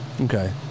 Okay